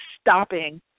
stopping